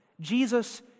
Jesus